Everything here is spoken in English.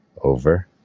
Over